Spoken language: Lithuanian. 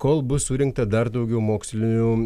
kol bus surinkta dar daugiau mokslinių